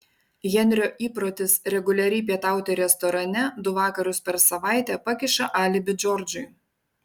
henrio įprotis reguliariai pietauti restorane du vakarus per savaitę pakiša alibi džordžui